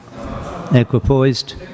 equipoised